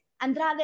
Andrade